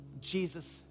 Jesus